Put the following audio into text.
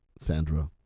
sandra